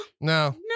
no